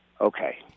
Okay